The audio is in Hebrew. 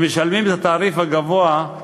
משלמים את התעריף הגבוה,